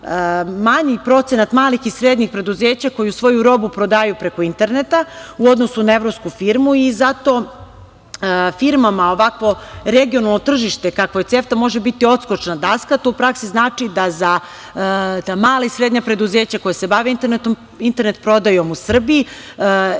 manji procenat malih i srednjih preduzeća koja svoju robu prodaju preko interneta u odnosu na evropsku firmu i zato firmama ovakvo regionalno tržište kakvo je CEFTA može biti odskočna daska. To u praksi znači da mala i srednja preduzeća koja se bave internet prodajom u Srbiji